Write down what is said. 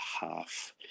half